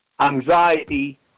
anxiety